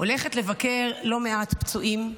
הולכת לבקר לא מעט פצועים,